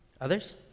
Others